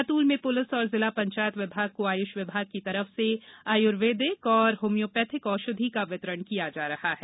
बैतूल में पुलिस और जिला पंचायत विभाग को आयुष विभाग की तरफ से आयुर्वेदिक और होम्योपैथिक औषधि का वितरण किया जा रहा है